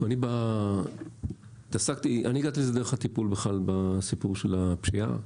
אני בכלל הגעתי לזה דרך הטיפול בסיפור של הפשיעה.